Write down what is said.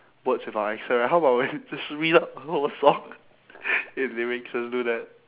words with our accent right how about we just read out the whole song with lyrics let's do that